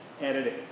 editing